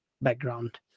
background